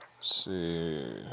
see